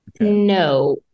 No